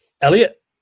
Elliot